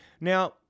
Now